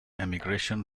emigration